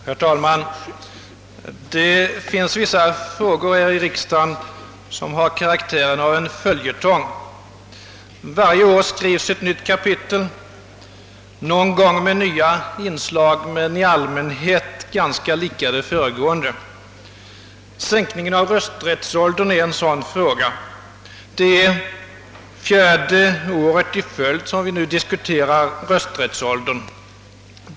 Herr talman! Det finns vissa frågor här i riksdagen som har karaktären av en följetong; varje år skrivs ett nytt kapitel, någon gång med nya inslag men i allmänhet ganska lika det föregående. Sänkningen av rösträttsåldern är en sådan fråga. Det är fjärde året i följd som vi nu diskuterar rösträttsåldern.